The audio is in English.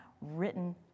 written